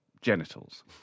genitals